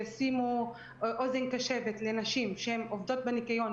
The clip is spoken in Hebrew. שישימו אוזן קשבת לנשים שהן עובדות בניקיון,